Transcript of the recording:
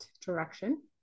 direction